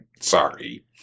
Sorry